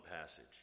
passage